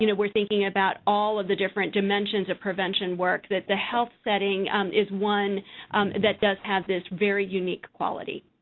you know we're thinking about all of the different dimensions of prevention work, that the health setting is one that does have this very unique quality.